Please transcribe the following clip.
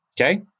Okay